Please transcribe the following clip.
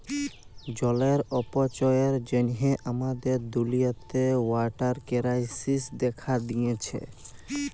জলের অপচয়ের জ্যনহে আমাদের দুলিয়াতে ওয়াটার কেরাইসিস্ দ্যাখা দিঁয়েছে